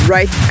Right